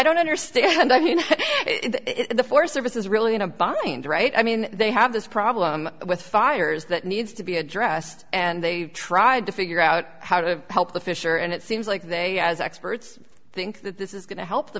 don't understand i mean it's the forest service is really in a bind right i mean they have this problem with fires that needs to be addressed and they've tried to figure out how to help the fisher and it seems like they as experts think that this is going to help the